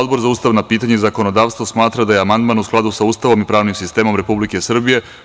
Odbor za ustavna pitanja i zakonodavstvo smatra da je amandman u skladu sa Ustavom i pravnim sistemom Republike Srbije.